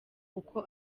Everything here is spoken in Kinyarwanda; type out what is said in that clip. uko